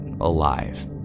alive